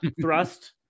thrust